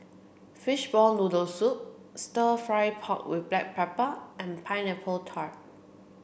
fishball noodle soup stir fry pork with black pepper and pineapple tart